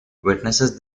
witnesses